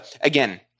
again-